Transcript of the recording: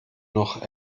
noch